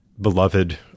beloved